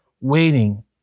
waiting